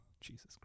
Jesus